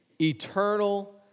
Eternal